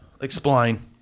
Explain